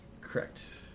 correct